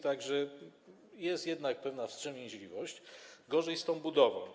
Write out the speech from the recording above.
Tak że jest jednak pewna wstrzemięźliwość, gorzej z tą budową.